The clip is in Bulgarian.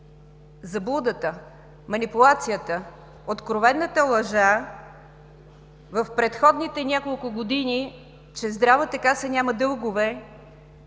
Заблудата, манипулацията, откровената лъжа в предходните няколко години, че Здравната каса няма дългове,